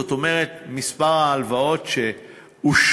זאת אומרת מספר ההלוואות שאושרו,